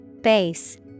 Base